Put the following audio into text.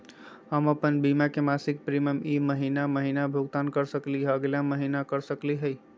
हम अप्पन बीमा के मासिक प्रीमियम ई महीना महिना भुगतान कर सकली हे, अगला महीना कर सकली हई?